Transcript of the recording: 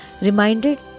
reminded